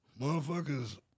motherfuckers